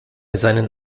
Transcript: seinen